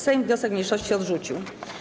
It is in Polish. Sejm wniosek mniejszości odrzucił.